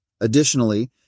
Additionally